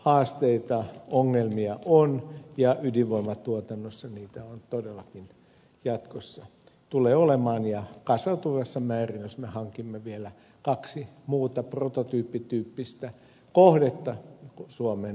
haasteita ongelmia on ja ydinvoimatuotannossa niitä on todellakin jatkossa tulee olemaan kasautuvassa määrin jos me hankimme vielä kaksi muuta prototyyppimäistä kohdetta suomeen rakennettavaksi